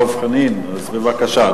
דב חנין, בבקשה.